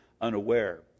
unaware